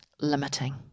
limiting